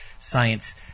science